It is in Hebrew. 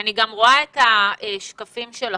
ואני גם רואה את השקפים שלכם.